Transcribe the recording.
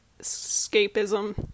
escapism